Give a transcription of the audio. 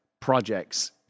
projects